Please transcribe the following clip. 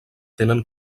tenen